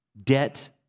Debt